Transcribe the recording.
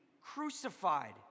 crucified